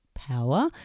power